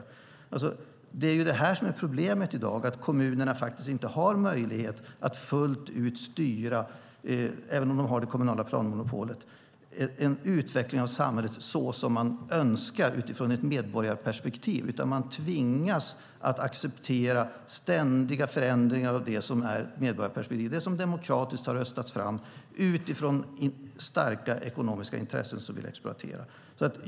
Det är det som är problemet i dag - att kommunerna faktiskt inte har möjlighet att fullt ut styra utvecklingen så som man önskar utifrån ett medborgarperspektiv, även om de har det kommunala planmonopolet. Man tvingas av starka ekonomiska intressen som vill exploatera att acceptera ständiga förändringar av det som är medborgarperspektivet, det som demokratiskt har röstats fram.